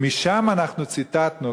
ומשם אנחנו ציטטנו,